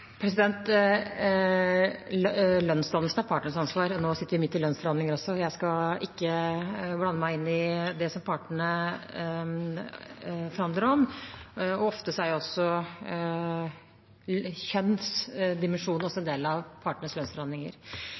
Lønnsdannelsen er partenes ansvar. Nå sitter vi også midt i lønnsforhandlinger, og jeg skal ikke blande meg inn i det partene forhandler om. Ofte er også kjønnsdimensjonen en del av partenes lønnsforhandlinger.